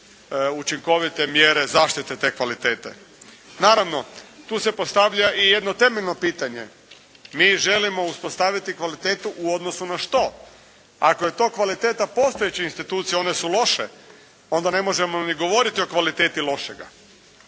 učinkovite mjere zaštite te kvalitete. Naravno tu se postavlja jedno temeljno pitanje mi želimo uspostaviti kvalitetu u odnosu na što, ako je to kvaliteta postojeće institucije one su loše, onda ne možemo niti govoriti o kvaliteti lošega.